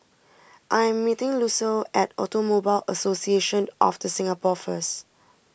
I am meeting Lucille at Automobile Association of the Singapore first